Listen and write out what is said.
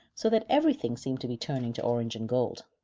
so that everything seemed to be turned to orange and gold.